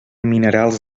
minerals